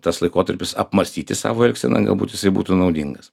tas laikotarpis apmąstyti savo elgseną galbūt jisai būtų naudingas